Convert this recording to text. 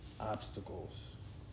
obstacles